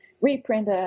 reprint